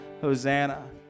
Hosanna